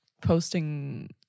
posting